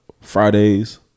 Fridays